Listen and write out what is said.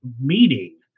meeting